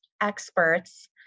experts